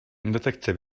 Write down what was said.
detekce